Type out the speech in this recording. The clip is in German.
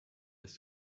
das